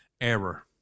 error